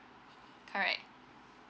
correct